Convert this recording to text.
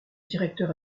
directeur